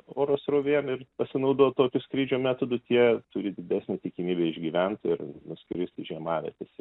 oro srovėm ir pasinaudot tokiu skrydžio metodu tie turi didesnę tikimybę išgyvent ir nuskrist žiemavietėse